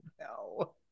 No